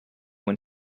when